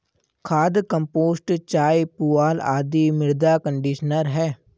खाद, कंपोस्ट चाय, पुआल आदि मृदा कंडीशनर है